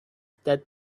that